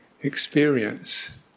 experience